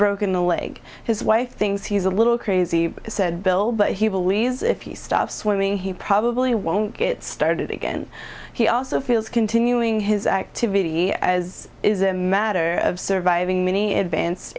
broken a leg his wife things he's a little crazy said bill but he believes if you stop swimming he probably won't get started again he also feels continuing his activity as is a matter of surviving many